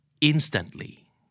instantly